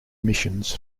missions